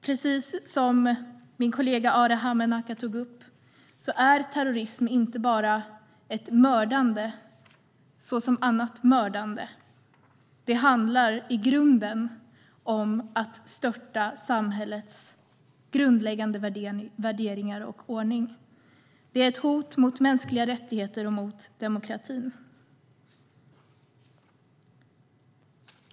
Precis som min kollega Arhe Hamednaca tog upp är terrorism inte bara ett mördande såsom annat mördande. Det handlar i grunden om att störta samhällets grundläggande värderingar och ordning. Det är ett hot mot mänskliga rättigheter och mot demokratin.